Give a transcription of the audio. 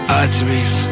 arteries